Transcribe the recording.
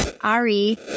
Ari